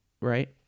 right